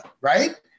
right